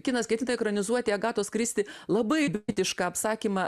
kinas ketina ekranizuoti agatos kristi labai etišką apsakymą